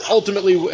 ultimately